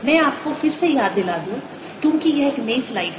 मैं आपको फिर से याद दिला दूं क्योंकि यह एक नई स्लाइड है